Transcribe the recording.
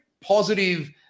positive